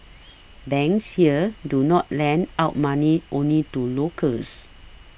banks here do not lend out money only to locals